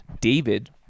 David